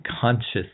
conscious